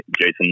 Jason